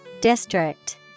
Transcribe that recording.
District